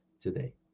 today